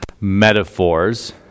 metaphors